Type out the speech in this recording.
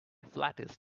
flatters